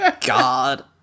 God